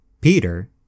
Peter